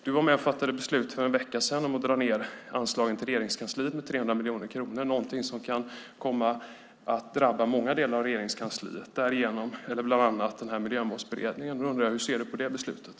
Du var med och fattade beslut för en vecka sedan om att dra ned anslagen till Regeringskansliet med 300 miljoner kronor, något som kan komma att drabba många delar av Regeringskansliet, bland annat Miljömålsberedningen. Hur ser du på det beslutet?